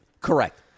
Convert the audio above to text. Correct